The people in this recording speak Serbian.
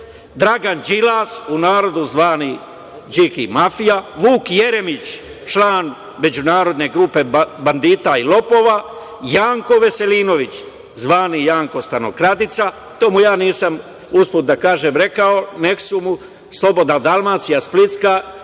Dragan Đilas, u narodu zvani "Điki mafija", Vuk Jeremić, član međunarodne grupe bandita i lopova, Janko Veselinović, zvani "Janko stanokradica", to mu ja nisam, usput da kažem, rekao nego mu je "Slobodna Dalmacija" splitska